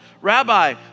Rabbi